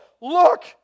look